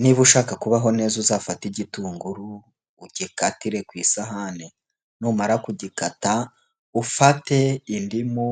Niba ushaka kubaho neza uzafate igitunguru ugikatire ku isahani, numara kugikata ufate indimu